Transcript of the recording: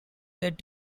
said